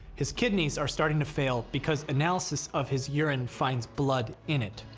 his kidneys are starting to fail because analysis of his urine finds blood in it.